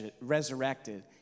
resurrected